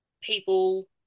people